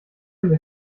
mir